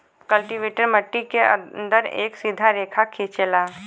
cultivator मट्टी के अंदर एक सीधा रेखा खिंचेला